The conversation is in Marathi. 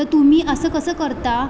तर तुम्ही असं कसं करता